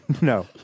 No